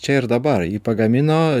čia ir dabar jį pagamino